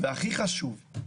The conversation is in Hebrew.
והכי חשוב,